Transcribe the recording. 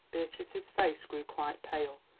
beatrice's face grew quite pale,